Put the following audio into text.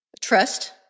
Trust